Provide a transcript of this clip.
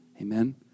Amen